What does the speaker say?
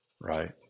right